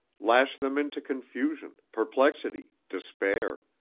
lash them into confusion, perplexity, despair.